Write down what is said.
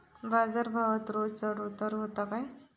बाजार भावात रोज चढउतार व्हता काय?